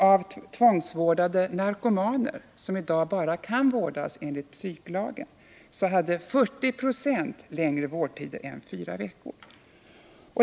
Av tvångsvårdade narkomaner som i dag bara kan vårdas enligt psyk-lagen hade 40 96 längre vårdtider än fyra veckor.